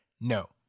no